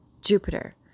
jupiter